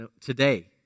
today